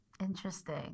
Interesting